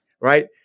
right